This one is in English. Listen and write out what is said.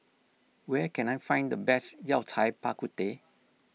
where can I find the best Yao Cai Bak Kut Teh